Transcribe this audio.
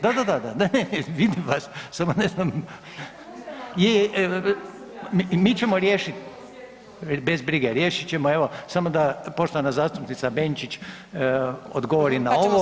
Da, da, da, ne vidim vas, samo ne znam, je, je, mi ćemo riješiti, bez brige, … [[Upadica: Ne razumije se.]] riješit ćemo evo samo da poštovana zastupnica Benčić odgovori na ovo.